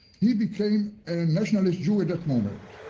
he became and a nationalist jew at that moment,